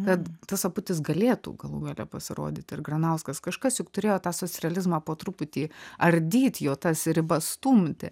kad tas aputis galėtų galų gale pasirodyt ir granauskas kažkas juk turėjo tą socrealizmą po truputį ardyt jo tas ribas stumti